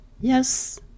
Yes